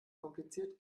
kompliziert